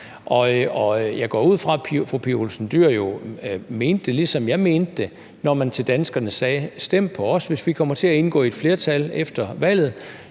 Og jeg går ud fra, at fru Pia Olsen Dyhr mener det, ligesom jeg mente det, når vi til danskerne sagde: Stem på os. Hvis vi kommer til at indgå i et flertal efter valget,